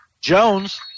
Jones